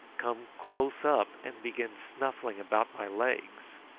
come close up and begin snuffling about my legs.